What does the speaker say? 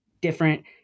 different